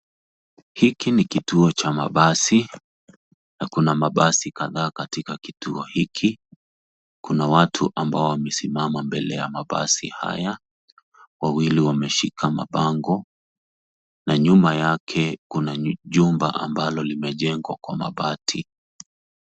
Hiki ni kituo cha mabasi na kuna mabasi kadhaa katika kituo hiki. Kuna watu ambao wamesimama mbele ya mabasi haya. Wawili wameshika mabango na nyuma yake kuna jumba ambalo limejengwa kwa mabati.